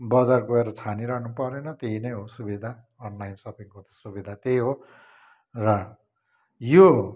बजार गएर छानिरहनु परेन त्यही नै हो सुविधा अनलाइन सपिङको सुविधा त्यही हो र यो